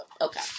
Okay